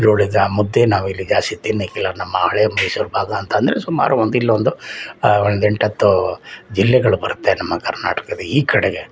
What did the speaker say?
ಜೋಳದ ಮುದ್ದೆ ನಾವು ಇಲ್ಲಿ ಜಾಸ್ತಿ ತಿನ್ನೋಕ್ಕಿಲ್ಲ ನಮ್ಮ ಹಳೆ ಮೈಸೂರು ಭಾಗ ಅಂತ ಅಂದ್ರೆ ಸುಮಾರು ಒಂದು ಇಲ್ಲೊಂದು ಒಂದು ಎಂಟು ಹತ್ತು ಜಿಲ್ಲೆಗಳು ಬರುತ್ತೆ ನಮ್ಮ ಕರ್ನಾಟಕದ ಈ ಕಡೆಗೆ